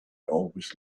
always